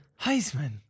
Heisman